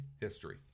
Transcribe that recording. history